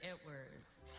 Edwards